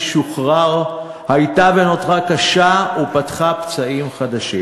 שוחרר הייתה ונותרה קשה ופתחה פצעים חדשים.